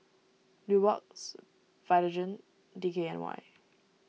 Nubox Vitagen D K N Y